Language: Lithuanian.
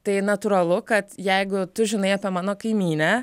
tai natūralu kad jeigu tu žinai apie mano kaimynę